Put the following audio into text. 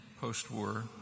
post-war